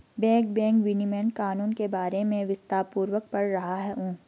मैं बैंक विनियमन कानून के बारे में विस्तारपूर्वक पढ़ रहा हूं